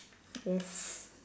yes